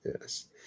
yes